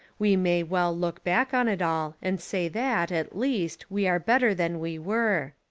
we may well look back on it all and say that, at least, we are better than we were.